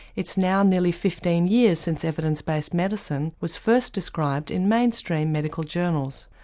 it's now nearly fifteen years since evidence based medicine was first described in mainstream medical journals.